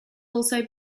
also